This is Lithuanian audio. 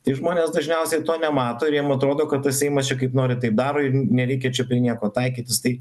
tai žmonės dažniausiai to nemato ir jiem atrodo kad tas seimas čia kaip nori taip daro ir nereikia čia prie nieko taikytis tai